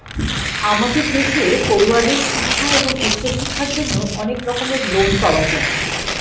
আমাদের দেশে পড়ুয়াদের শিক্ষা এবং উচ্চশিক্ষার জন্য অনেক রকমের লোন পাওয়া যায়